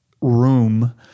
room